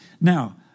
Now